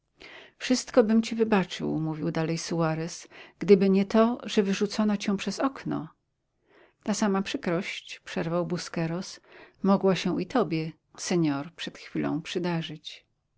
wszystko bym ci wybaczył mówił dalej suarez gdyby nie to że wyrzucono cię przez okno ta sama przykrość przerwał busqueros mogła się i tobie senor przed chwilą przydarzyć